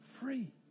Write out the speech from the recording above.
free